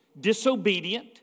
disobedient